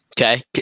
Okay